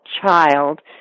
child